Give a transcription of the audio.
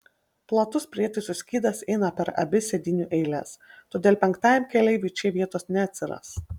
platus prietaisų skydas eina per abi sėdynių eiles todėl penktajam keleiviui čia vietos neatsiras